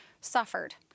suffered